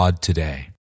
today